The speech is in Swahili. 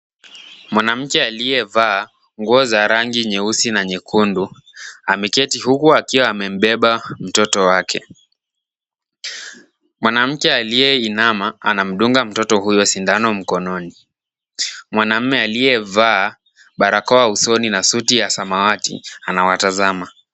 Mwanamke aliyevaa nguo za rangi nyeusi na nyekundu ameketi huku amebeba mtoto wake. Mwanamke aliyeinama anamdunga mtoto huyo sindano mkononi. Mwanamme aliyevaa barakoa usoni na suti ya samawati anawatazama.